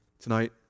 Tonight